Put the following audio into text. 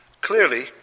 Clearly